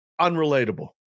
unrelatable